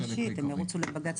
אשמח להתייחס לנושאים שיעלו.